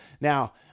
Now